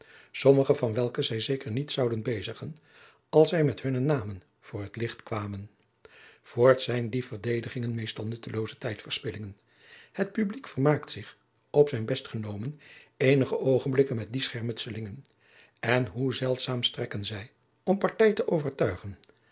sommige van welke zij zeker niet zouden bezigen als zij met hunne namen voor het licht kwamen voorts zijn die verdedigingen meestal nuttelooze tijdverspillingen het publiek vermaakt zich op zijn best genomen eenige oogenblikken met die schermutselingen en hoe zeldzaam strekken zij om partij te overtuigen